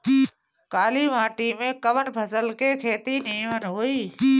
काली माटी में कवन फसल के खेती नीमन होई?